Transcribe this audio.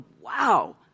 wow